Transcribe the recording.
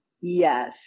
Yes